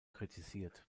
kritisiert